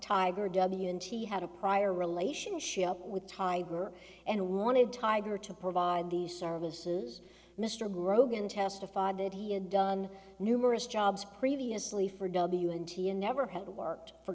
tiger w and she had a prior relationship with tiger and wanted tiger to provide these services mr grogan testified that he had done numerous jobs previously for w n t and never had worked for